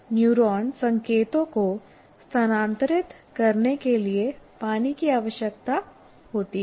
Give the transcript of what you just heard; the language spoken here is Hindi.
न्यूरॉन संकेतों को स्थानांतरित करने के लिए पानी की आवश्यकता होती है